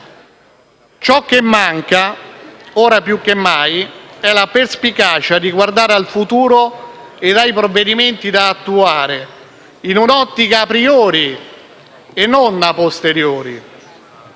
Ciò che manca, ora più che mai, è la perspicacia di guardare al futuro e ai provvedimenti da attuare, in un ottica *a priori* e non *a posteriori*.